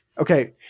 Okay